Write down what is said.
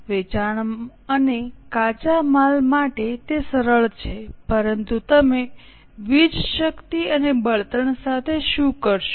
વેચાણ અને કાચા માલ માટે તે સરળ છે પરંતુ તમે વીજ શક્તિ અને બળતણ સાથે શું કરશો